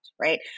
right